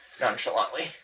Nonchalantly